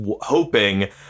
hoping